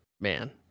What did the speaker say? Man